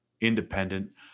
independent